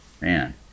man